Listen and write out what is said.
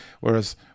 Whereas